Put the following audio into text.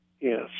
Yes